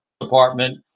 Department